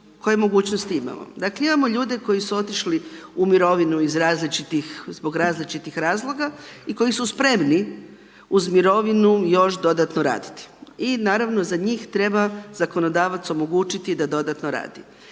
koje mogućnosti imamo? Dakle, imamo ljude koji su otišli u mirovinu iz različitih razloga i koji su spremni uz mirovinu još dodatno raditi. I naravno za njih treba zakonodavac omogućiti da dodatno radi.